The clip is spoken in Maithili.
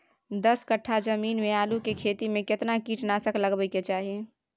दस कट्ठा जमीन में आलू के खेती म केतना कीट नासक लगबै के चाही?